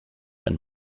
and